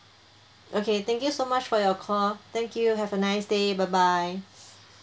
okay thank you so much for your call thank you have a nice day bye bye